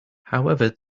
however